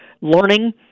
learning